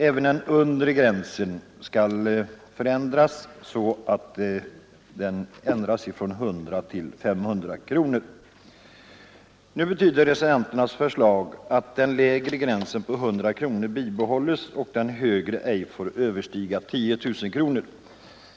Även den undre gränsen föreslås ändrad, nämligen från 100 till 500 kronor. Reservanternas förslag betyder att den lägre gränsen, alltså 100 kronor, bibehålles samt att den högre inte får överstiga 10 000 kronor.